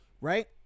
Right